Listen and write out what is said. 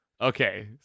okay